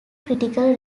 critical